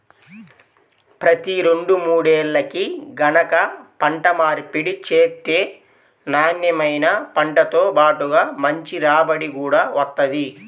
ప్రతి రెండు మూడేల్లకి గనక పంట మార్పిడి చేత్తే నాన్నెమైన పంటతో బాటుగా మంచి రాబడి గూడా వత్తది